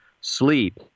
sleep